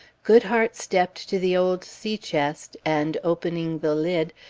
goodhart, stepped to the old sea-chest, and, opening the lid,